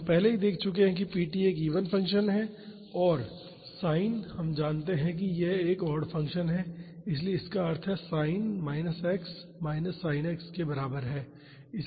तो हम पहले ही देख चुके हैं कि p t एक इवन फंक्शन है और sin हम जानते हैं कि यह एक ओड फंक्शन है इसलिए इसका अर्थ है sin minus x minus sin x के बराबर है